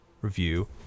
review